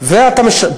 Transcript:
ואתה גם משלם לו.